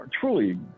truly